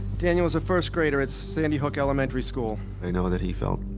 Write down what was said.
daniel was a first-grader at sandy hook elementary school. i know that he felt,